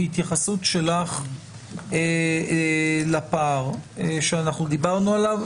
אני מבקש התייחסות שלך לפער שדיברנו עליו.